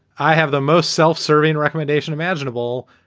i have the most self-serving recommendation imaginable.